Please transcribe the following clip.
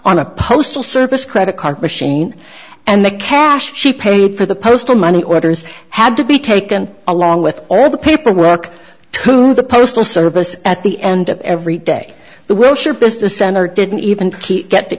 on a postal service credit card machine and the cash she paid for the postal money order has had to be taken along with all the paperwork to the postal service at the end of every day the will ship is the center didn't even get to